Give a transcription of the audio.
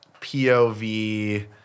POV